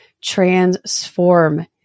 transform